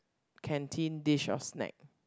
canteen dish or snack